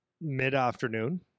mid-afternoon